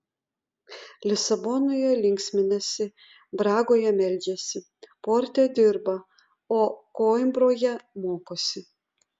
lisabonoje linksminasi bragoje meldžiasi porte dirba o koimbroje mokosi